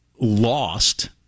lost